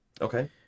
Okay